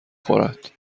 خورد